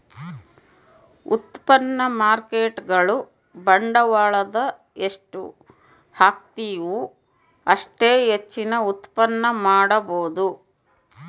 ಉತ್ಪನ್ನ ಮಾರ್ಕೇಟ್ಗುಳು ಬಂಡವಾಳದ ಎಷ್ಟು ಹಾಕ್ತಿವು ಅಷ್ಟೇ ಹೆಚ್ಚಿನ ಉತ್ಪನ್ನ ಮಾಡಬೊದು